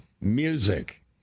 music